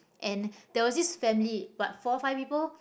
and there was this family about four five people